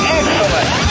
excellent